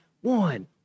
one